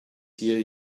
here